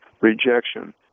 rejection